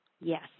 Yes